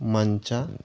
ಮಂಚ